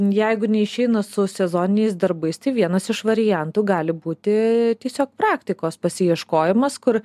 jeigu neišeina su sezoniniais darbais tai vienas iš variantų gali būti tiesiog praktikos pasiieškojimas kur